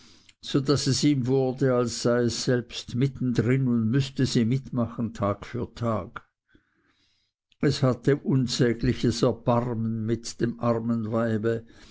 so daß es ihm wurde als sei es selbst mitten drin und müßte sie mitmachen tag für tag es hatte unsägliches erbarmen mit dem armen weibe